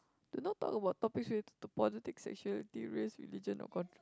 do not talk about topics related to politics sexuality race religion or contr~